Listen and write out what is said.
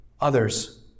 others